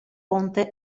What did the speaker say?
ponte